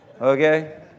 Okay